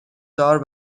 دار